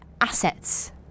assets